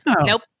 Nope